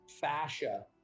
fascia